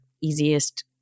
easiest